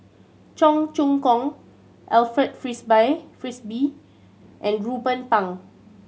Cheong Choong Kong Alfred Frisby and Ruben Pang